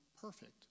perfect